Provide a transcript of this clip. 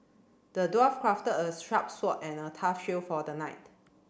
the dwarf crafted a sharp sword and a tough shield for the knight